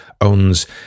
owns